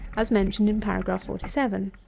as mentioned in paragraph forty seven.